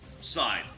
side